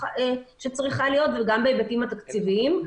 שצריכה להיות וגם בהיבטים התקציביים,